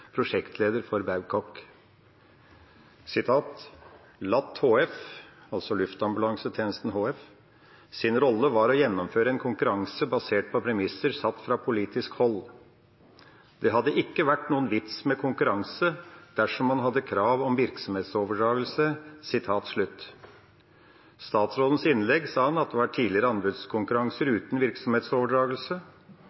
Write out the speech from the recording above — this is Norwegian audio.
prosjektleder for Babcock. Og videre: «LAT HFs» – altså Luftambulansetjenesten HFs – «rolle var å gjennomføre en konkurranse basert på premisser satt fra politisk hold. Det hadde ikke vært noen vits med konkurranse dersom man hadde krav om virksomhetsoverdragelse.» I statsrådens innlegg sa han at det tidligere var anbudskonkurranser